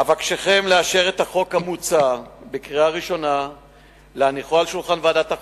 אבקשכם לאשר את החוק המוצע בקריאה ראשונה ולהניחו על שולחן ועדת החוקה,